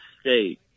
state